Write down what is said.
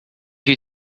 you